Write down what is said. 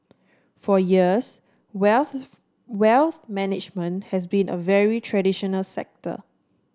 for years wealth management has been a very traditional sector